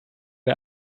der